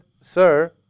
Sir